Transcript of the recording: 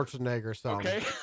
Okay